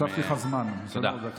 הוספתי לך זמן, עוד דקה.